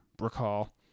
recall